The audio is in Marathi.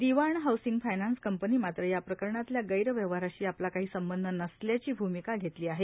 दिवाण हाऊसिंग फायनान्स कंपनीन मात्र या प्रकरणातल्या गैरव्यवहाराशी आपला काही संबंध नसल्याची भूमिका घेतली आहे